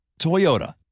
Toyota